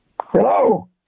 Hello